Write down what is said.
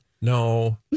No